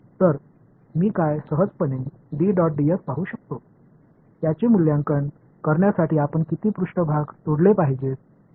तर मी काय सहजपणे पाहू शकतो त्याचे मूल्यांकन करण्यासाठी आपण किती पृष्ठभाग तोडले पाहिजेत